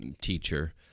teacher –